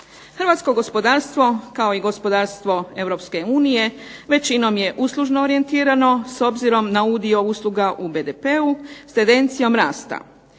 Hrvatsko gospodarstvo kao i gospodarstvo EU većinom je uslužno orijentirano s obzirom na udio usluga u BDP-u s tendencijom rasta.